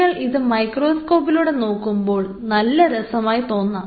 നിങ്ങൾ ഇത് മൈക്രോസ്കോപ്പിലൂടെ നോക്കുമ്പോൾ നല്ല രസകരമായി തോന്നാം